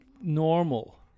normal